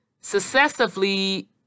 successively